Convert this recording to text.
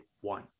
one